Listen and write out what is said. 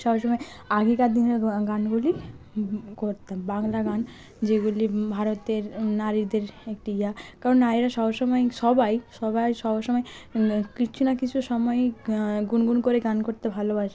সব সময় আগেকার দিনের গান গানগুলি করতাম বাংলা গান যেগুলি ভারতের নারীদের একটি ইয়া কারণ নারীরা সব সময় সবাই সবাই সব সময় কিছু না কিছু সময় গুনগুন করে গান করতে ভালোবাসে